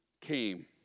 came